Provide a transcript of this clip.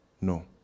No